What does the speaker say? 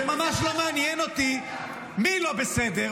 זה ממש לא מעניין אותי מי לא בסדר,